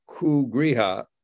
Kugriha